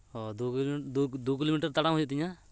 ᱚ ᱫᱩ ᱠᱤᱞᱳᱢᱤᱴᱟᱨ ᱛᱟᱲᱟᱢ ᱦᱩᱭᱩᱜ ᱛᱤᱧᱟᱹ